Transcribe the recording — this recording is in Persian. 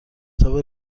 کتاب